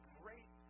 great